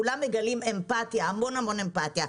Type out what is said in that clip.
כולם מגלים אמפתיה, המון המון אמפתיה.